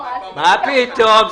מה פתאום.